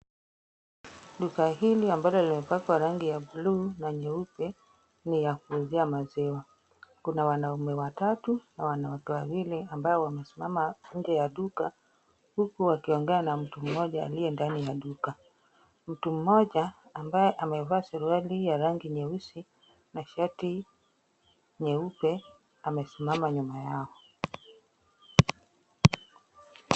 Duka hili ambalo limepakwa rangi ya buluu na nyeupe ni ya kuuzia maziwa. Kuna wanaume watatu na wanawake wawili ambao wamesimama nje ya duka huku wakiongea na mtu mmoja aliye ndani ya duka. Mtu mmoja ambaye amevaa suruali ya rangi nyeusi na shati nyeupe amesimama nyuma yao.